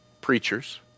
preachers